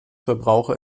verbraucher